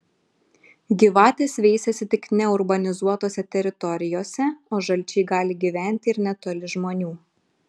gyvatės veisiasi tik neurbanizuotose teritorijose o žalčiai gali gyventi ir netoli žmonių